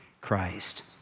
Christ